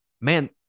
man